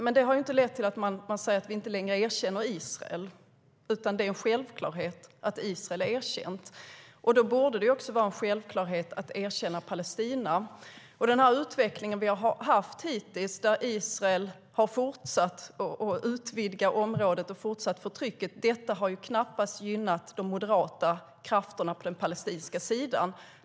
Det har dock inte lett till att vi säger att vi inte längre erkänner Israel, utan det är en självklarhet att Israel är erkänt. Då borde det också vara en självklarhet att erkänna Palestina.Den utveckling vi har haft hittills där Israel har fortsatt att utvidga området och fortsatt förtrycket har knappast gynnat de moderata krafterna på den palestinska sidan.